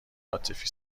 عاطفی